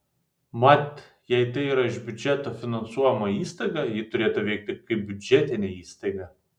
mat jei tai yra iš biudžeto finansuojama įstaiga ji turėtų veikti kaip biudžetinė įstaiga